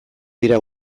dira